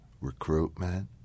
recruitment